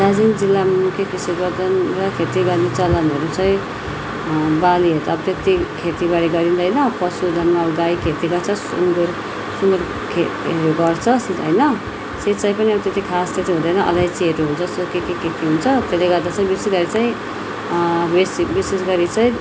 दार्जिलिङ जिल्लामा मुख्य कृषि गर्दैन र खेती गर्ने चलनहरू चाहिँ बालीहरू त अब त्यति खेती गरिँदैन पशु धनमा अब गाई खेती गर्छ सुँगुर उयो गर्छ होइन सिँचाइ पनि अहिले खास त्यति हुँदैन अलैँचीहरू हुन्छ सो के के हुन्छ त्यसले गर्दा चाहिँ विशेष गरी चाहिँ विशेष गरी चाहिँ